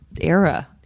era